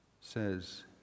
says